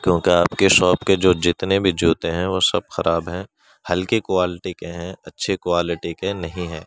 کیونکہ آپ کے شاپ کے جو جتنے بھی جوتے ہیں وہ سب خراب ہیں ہلکے کوالٹی کے ہیں اچھی کوالٹی کے نہیں ہیں